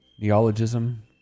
Neologism